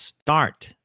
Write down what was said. start